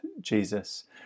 Jesus